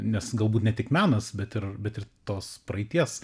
nes galbūt ne tik menas bet ir bet ir tos praeities